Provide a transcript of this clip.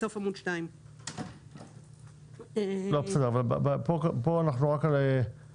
בסוף עמוד 2. אבל כאן אנחנו מדברים על הסגווי